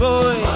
Boy